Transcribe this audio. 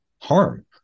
harm